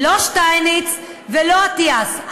לא שטייניץ ולא אטיאס.